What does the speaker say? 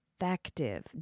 Effective